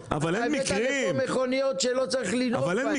יצרת מכוניות שלא צריך לנהוג בהן.